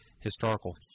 historical